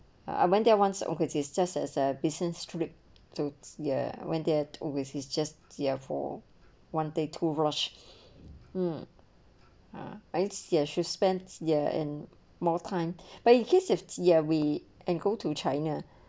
I went there once okay is just as a business trip to ya when there with his just for one day two rush mm i eh she speem more and more time but you kiss if ya we and go to china